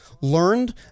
learned